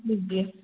जी